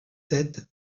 sept